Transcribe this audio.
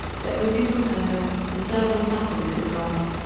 let cook until tender and serve on a platter with cooked rice.